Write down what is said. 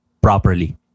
properly